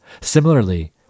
Similarly